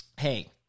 hey